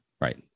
Right